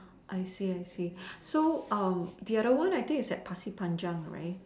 I see I see so the other one I think it's at Pasir-Panjang right